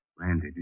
Randy